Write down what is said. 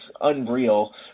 unreal